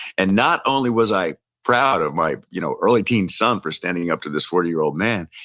and not only was i proud of my you know early-teens son for standing up to this forty year old man,